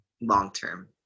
long-term